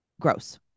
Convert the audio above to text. Gross